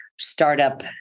startup